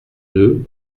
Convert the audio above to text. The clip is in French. deux